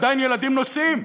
עדיין ילדים נוסעים,